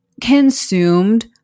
consumed